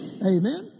Amen